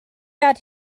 out